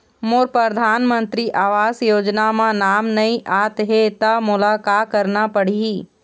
मोर परधानमंतरी आवास योजना म नाम नई आत हे त मोला का करना पड़ही?